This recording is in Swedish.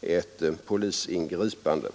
ett polisingripande?